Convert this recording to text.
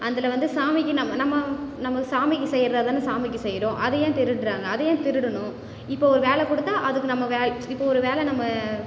அதில் வந்து சாமிக்கு நம்ம நம்ம நம்ம சாமிக்கு செய்கிறதா தான சாமிக்கு செய்கிறோம் அதை ஏன் திருடுறாங்க அதை ஏன் திருடணும் இப்போது ஒரு வேலை கொடுத்தா அதுக்கு நம்ம வே இப்போது ஒரு வேலை நம்ம